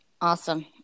Awesome